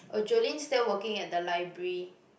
oh Jolene still working at the library